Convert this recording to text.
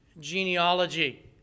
Genealogy